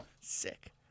Sick